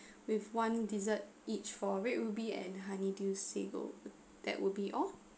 with one dessert each for red ruby and honeydew sago that will be all